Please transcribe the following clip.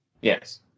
Yes